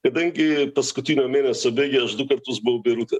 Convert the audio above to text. kadangi paskutinio mėnesio bėgy aš du kartus buvo beirute